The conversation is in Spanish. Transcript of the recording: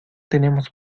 tenemos